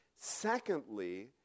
Secondly